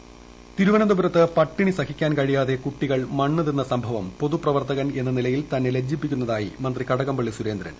തിരുവന്തപുരം പട്ടിണി തിരുവനന്തപുരത്ത് പട്ടിണി സഹിക്കാൻ കഴിയാതെ കുട്ടികൾ മണ്ണ് തിന്ന സംഭവം പൊതുപ്രവർത്തകൻ എന്ന നിലയിൽ തന്നെ ലജ്ജിപ്പിക്കുന്നതായി മന്ത്രി കടകംപള്ളി സുരേന്ദ്രൻ